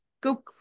go